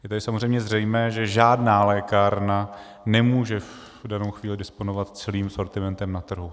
Z toho je samozřejmě zřejmé, že žádná lékárna nemůže v danou chvíli disponovat celým sortimentem na trhu.